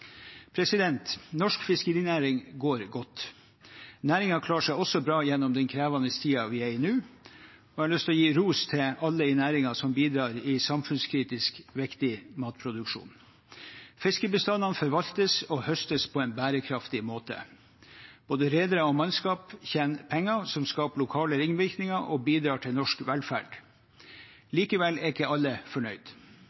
Norsk fiskerinæring går godt. Næringen klarer seg også bra gjennom den krevende tiden vi er i nå. Jeg har lyst til å gi ros til alle i næringen som bidrar i samfunnskritisk, viktig matproduksjon. Fiskebestandene forvaltes og høstes på en bærekraftig måte. Både redere og mannskap tjener penger som skaper lokale ringvirkninger og bidrar til norsk velferd.